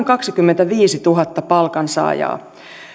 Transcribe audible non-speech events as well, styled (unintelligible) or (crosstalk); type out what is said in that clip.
(unintelligible) kaksikymmentäviisituhatta palkansaajaa